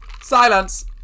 Silence